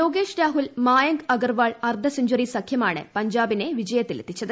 ലോകേഷ് രാഹുൽ മായങ്ക് അഗർവാൾ അർദ്ധസെഞ്ചറി സഖ്യമാണ് പഞ്ചാബിനെ വിജയത്തിലെത്തിച്ചത്